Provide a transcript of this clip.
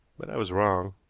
but i was wrong.